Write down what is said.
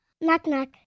Knock-knock